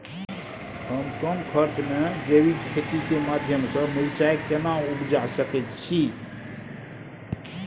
हम कम खर्च में जैविक खेती के माध्यम से मिर्चाय केना उपजा सकेत छी?